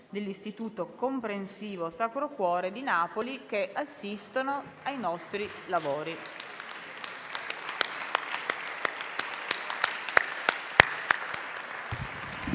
dell'Istituto comprensivo «Sacro Cuore» di Napoli, che assistono ai nostri lavori.